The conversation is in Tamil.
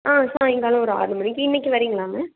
ஆ சாய்ங்காலம் ஒரு ஆறு மணிக்கு இன்னக்கு வரீங்களாங்க